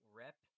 rep